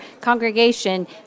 congregation